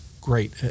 great